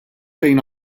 fejn